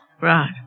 Right